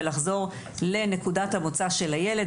ולחזור לנקודת המוצא של הילד,